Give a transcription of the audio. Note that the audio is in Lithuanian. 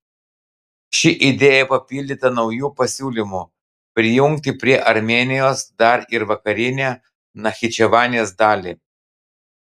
ši idėja papildyta nauju pasiūlymu prijungti prie armėnijos dar ir vakarinę nachičevanės dalį